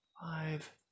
Five